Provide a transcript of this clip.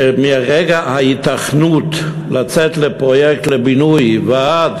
שמרגע ההיתכנות לצאת לפרויקט בינוי ועד